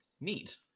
neat